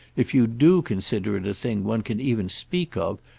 if you do consider it a thing one can even speak of,